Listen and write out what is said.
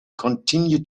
continue